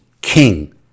king